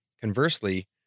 Conversely